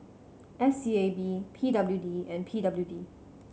S E A B P W D and P W D